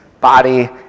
body